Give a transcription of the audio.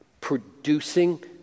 producing